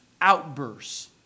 outbursts